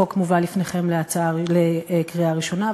החוק מובא לפניכם לקריאה ראשונה,